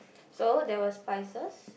so there were spices